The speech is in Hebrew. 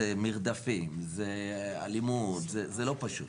זה מרדפים, זה אלימות, זה לא פשוט.